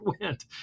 went